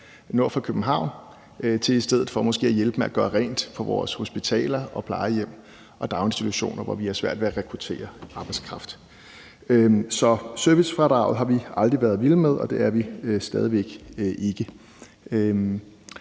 nord for København, til i stedet for måske at hjælpe med at gøre rent på vores hospitaler, plejehjem og daginstitutioner, hvor vi har svært ved at rekruttere arbejdskraft. Så servicefradraget har vi aldrig været vilde med, og det er vi stadig væk